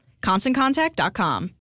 ConstantContact.com